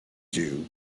jew